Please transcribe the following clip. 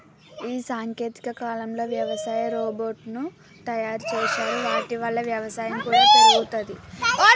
ఈ సాంకేతిక కాలంలో వ్యవసాయ రోబోట్ ను తయారు చేశారు వాటి వల్ల వ్యవసాయం కూడా పెరుగుతది